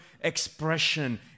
expression